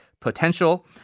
potential